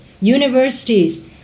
universities